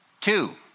Two